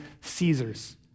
Caesars